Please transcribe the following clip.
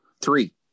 three